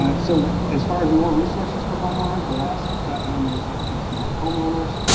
and so as far as more resources for homeowners, the last button under septic smart homeowners,